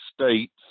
States